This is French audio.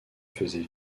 faisait